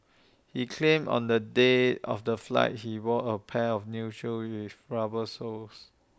he claimed on the day of the flight he wore A pair of new shoes with rubber soles